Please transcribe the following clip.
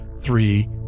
three